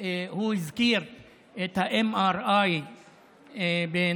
והוא הזכיר את ה-MRI בנצרת.